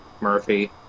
Murphy